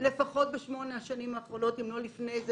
לפחות בשמונה השנים האחרונות, אם לא לפני זה.